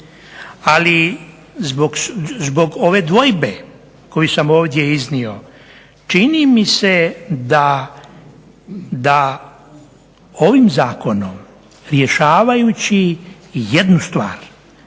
ali zbog ove dvojbe koju sam ovdje iznio čini mi se da ovim zakonom rješavajući jednu stvar,